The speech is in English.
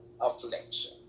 affliction